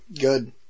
Good